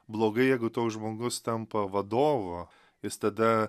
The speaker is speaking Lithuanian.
blogai jeigu toks žmogus tampa vadovo jis tada